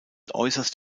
äußerst